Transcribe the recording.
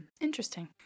Interesting